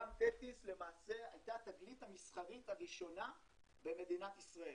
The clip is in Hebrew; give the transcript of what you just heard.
ים תטיס למעשה הייתה התגלית המסחרית הראשונה במדינת ישראל.